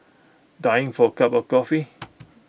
dying for A cup of coffee